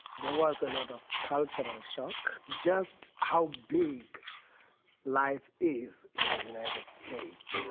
there was a lot of cultural shock, just how big life is in the united states.